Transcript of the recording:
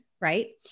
right